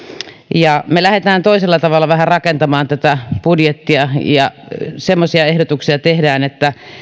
ja me lähdemme vähän toisella tavalla rakentamaan tätä budjettia ja tekemään semmoisia ehdotuksia että